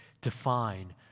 define